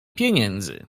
pieniędzy